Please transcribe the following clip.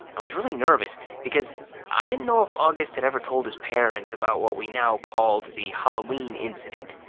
i was really nervous because i didn't know if august had ever told his parents about what we now called the halloween incident.